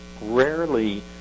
rarely